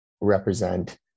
represent